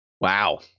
Wow